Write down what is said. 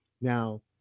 Now